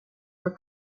were